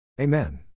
Amen